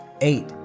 Eight